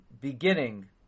beginning